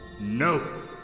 No